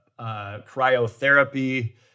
cryotherapy